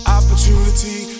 opportunity